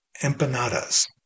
empanadas